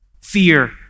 fear